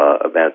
events